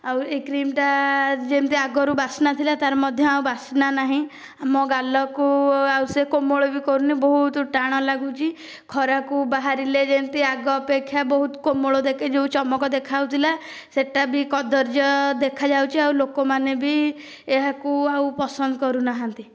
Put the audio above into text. ଆଉ ଏ କ୍ରିମଟା ଯେମିତି ଆଗରୁ ବାସ୍ନା ଥିଲା ତାର ମଧ୍ୟ ଆଉ ବାସ୍ନା ନାହିଁ ଆମ ଗାଲକୁ ଆଉ ସେ କୋମଳ ବି କରୁନି ବହୁତ ଟାଣ ଲାଗୁଚି ଖରାକୁ ବାହାରିଲେ ଯେମିତି ଆଗ ଅପେକ୍ଷା ବହୁତ କୋମଳ ଯେଉଁ ଚମକ ଦେଖାଯାଉଥିଲା ସେଇଟା ବି କଦର୍ଯ୍ୟ ଦେଖାଯାଉଛି ଆଉ ଲୋକମାନେ ବି ଏହାକୁ ଆଉ ପସନ୍ଦ କରୁନାହାଁନ୍ତି